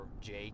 Jake